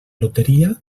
loteria